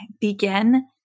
begin